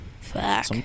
Fuck